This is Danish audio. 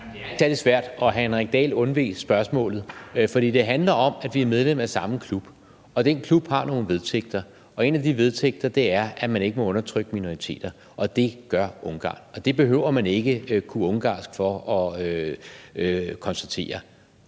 Det er svært, og hr. Henrik Dahl undveg spørgsmålet. For det handler om, at vi er medlem af samme klub, og den klub har nogle vedtægter. En af de vedtægter er, at man ikke må undertrykke minoriteter, og det gør Ungarn. Det behøver man ikke kunne ungarsk for at konstatere.